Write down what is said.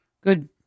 Good